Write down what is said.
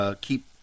keep